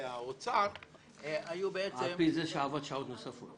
האוצר היו בעצם --- על פי זה שעבד שעות נוספות